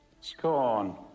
Scorn